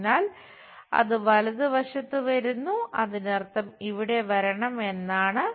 അതിനാൽ അത് വലതുവശത്ത് വരുന്നു അതിനർത്ഥം ഇവിടെ വരണം എന്നാണ്